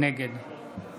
נגד